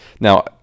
Now